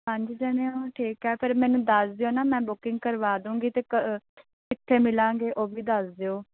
ਪੰਜ ਜਣੇ ਹੋ ਠੀਕ ਹੈ ਫਿਰ ਮੈਨੂੰ ਦੱਸ ਦਿਓ ਨਾ ਮੈਂ ਬੁਕਿੰਗ ਕਰਵਾ ਦੂਗੀ ਅਤੇ ਕ ਕਿੱਥੇ ਮਿਲਾਂਗੇ ਉਹ ਵੀ ਦੱਸ ਦਿਓ